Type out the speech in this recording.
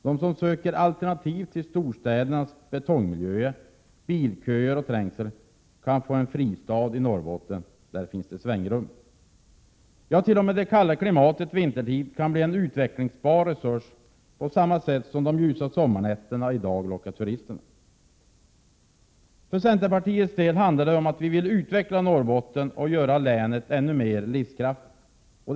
De som söker alternativ till storstädernas betongmiljöer, bilköer och trängsel kan få en fristad i Norrbotten. Där finns det svängrum. T.o.m. det kalla klimatet vintertid kan bli en utvecklingsbar resurs på samma sätt som de ljusa sommarnätterna lockar turister. För centerns del handlar det om att utveckla Norrbotten och göra länet ännu mera livskraftigt.